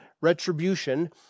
retribution